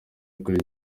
akora